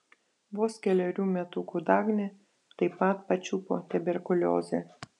vos kelerių metukų dagnę taip pat pačiupo tuberkuliozė